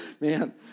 man